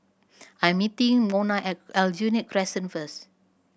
I'm meeting Mona at Aljunied Crescent first